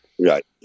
Right